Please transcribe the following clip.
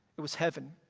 it was heaven.